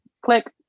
Click